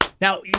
Now